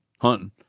Hunting